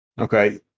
Okay